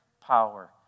power